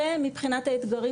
ומבחינת האתגרים